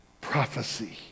prophecy